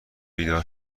بیدار